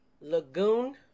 Lagoon